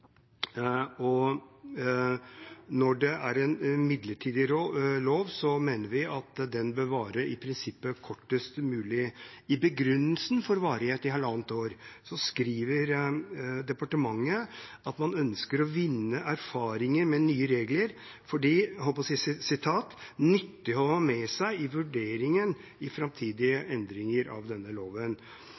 mener vi at den i prinsippet bør vare kortest mulig. I begrunnelsen for en varighet på halvannet år skriver departementet at man ønsker å vinne erfaringer med nye regler, fordi det er nyttig å ha med seg i vurderingen i framtidige endringer av denne loven.